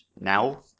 now